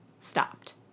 stopped